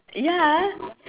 ya